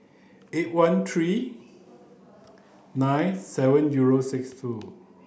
eight one three nine seven zero six two